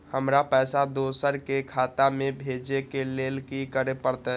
हमरा पैसा दोसर के खाता में भेजे के लेल की करे परते?